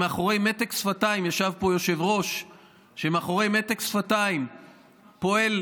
שמאחורי מתק שפתיים ישב פה יושב-ראש שמאחורי מתק שפתיים פועל